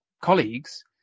colleagues